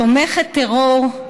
תומכת טרור,